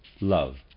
love